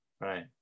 right